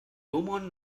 domon